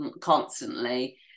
constantly